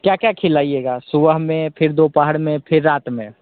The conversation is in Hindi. क्या क्या खिलाइएगा सुबह में फिर दोपहर में फिर रात में